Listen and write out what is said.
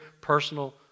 personal